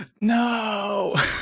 no